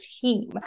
team